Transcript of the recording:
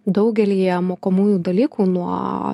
daugelyje mokomųjų dalykų nuo